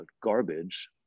garbage